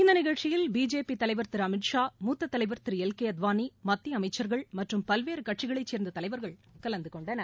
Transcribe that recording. இந்த நிகழ்ச்சியில் பிஜேபி தலைவர் திரு அமித்ஷா மூத்த தலைவர் திரு எல் கே அத்வானி மத்திய அமைச்சர்கள் மற்றும் பல்வேறு கட்சிகளைச் சேர்ந்த தலைவர்கள் கலந்து கொண்டனர்